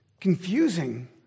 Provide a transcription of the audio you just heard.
confusing